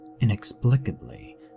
inexplicably